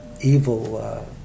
evil